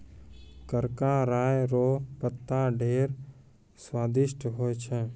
करका राय रो पत्ता ढेर स्वादिस्ट होय छै